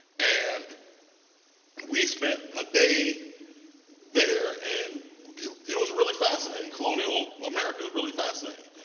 and we spent a day there and it was really fascinating colonial america, really fascinating.